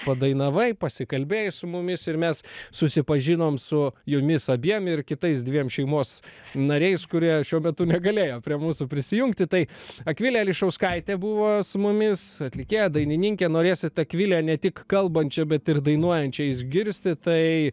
padainavai pasikalbėjai su mumis ir mes susipažinom su jumis abiem ir kitais dviem šeimos nariais kurie šiuo metu negalėjo prie mūsų prisijungti tai akvilė ališauskaitė buvo su mumis atlikėja dainininkė norėsit akvilę ne tik kalbančią bet ir dainuojančią išgirsti tai